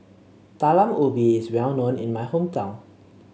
Talam Ubi is well known in my hometown